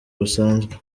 busanzwe